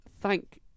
thank